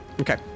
Okay